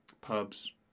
pubs